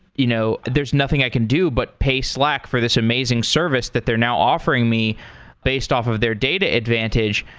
you know there's nothing i can do, but pay slack for this amazing service that they're now offering me based off of their data advantage.